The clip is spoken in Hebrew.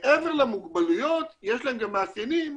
מעבר למוגבלויות יש להם גם מאפיינים